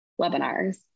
webinars